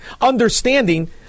understanding